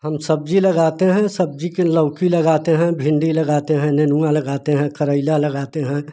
हम सब्जी लगाते हैं सब्जी के लौकी लगाते हैं भिंडी लगाते हैं नेनुआ लगाते हैं करेला लगाते हैं